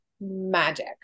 magic